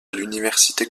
l’université